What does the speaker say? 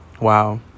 wow